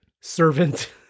servant